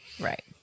right